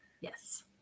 Yes